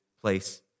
place